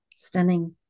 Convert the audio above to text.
Stunning